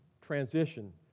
transition